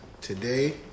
Today